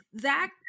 Zach